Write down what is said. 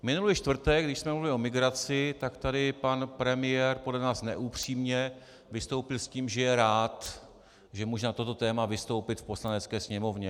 Minulý čtvrtek, když jsme mluvili o migraci, tak tady pan premiér podle nás neupřímně vystoupil s tím, že je rád, že může na toto téma vystoupit v Poslanecké sněmovně.